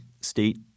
state